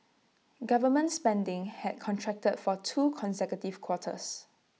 government spending had contracted for two consecutive quarters